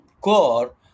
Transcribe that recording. core